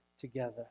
together